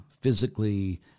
physically